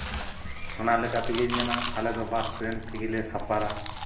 ᱚᱱᱟ ᱞᱮᱠᱟ ᱛᱮᱜᱮᱧ ᱢᱮᱱᱟ ᱟᱞᱮ ᱫᱚ ᱵᱟᱥ ᱴᱨᱮᱹᱱ ᱛᱮᱜᱮ ᱞᱮ ᱥᱟᱯᱷᱟᱨᱟ